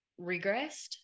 regressed